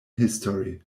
history